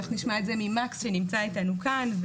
אנחנו נשמע את זה ממקס שנמצא איתנו כאן.